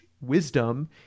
wisdom